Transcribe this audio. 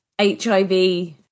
HIV